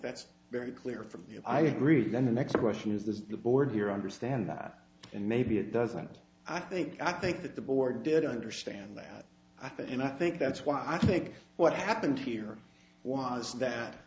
that's very clear from you i agree then the next question is does the board here understand that and maybe it doesn't i think i think that the board did understand that i think and i think that's why i think what happened here was that